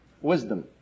Wisdom